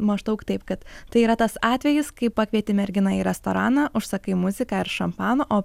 maždaug taip kad tai yra tas atvejis kai pakvieti merginą į restoraną užsakai muziką ir šampano o